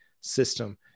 system